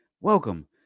welcome